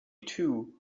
two